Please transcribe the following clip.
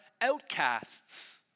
outcasts